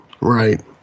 right